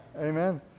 amen